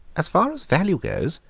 as far as value goes,